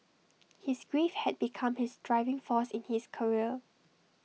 his grief had become his driving force in his career